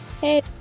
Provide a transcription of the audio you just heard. Hey